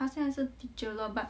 好像是 teacher 了 but